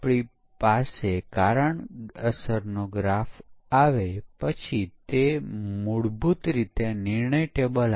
આપણે આ કોર્સમાં પછીથી ટૂલ જોવાનો પ્રયત્ન કરીશું